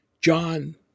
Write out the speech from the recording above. John